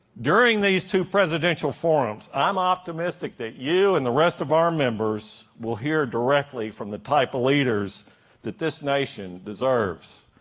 during these two presidential forums, i'm optimistic that you and the rest of our members will hear directly from the type of leaders that this nation deserves.